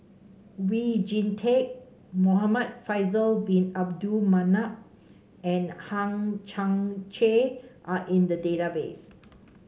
Oon Jin Teik Muhamad Faisal Bin Abdul Manap and Hang Chang Chieh are in the database